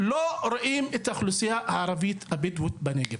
את האוכלוסייה הערבית הבדואית בנגב.